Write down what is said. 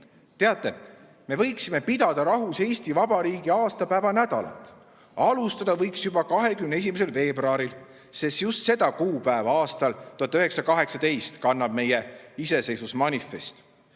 on. Teate, me võiksime pidada rahus Eesti Vabariigi aastapäeva nädalat. Alustada võiks juba 21. veebruaril, sest just seda 1918. aasta kuupäeva kannab meie iseseisvusmanifest.